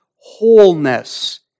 wholeness